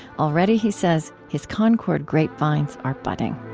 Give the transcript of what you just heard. already, he says, his concord grape vines are budding